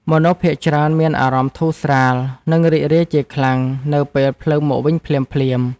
មនុស្សភាគច្រើនមានអារម្មណ៍ធូរស្រាល និងរីករាយជាខ្លាំង នៅពេលភ្លើងមកវិញភ្លាមៗ។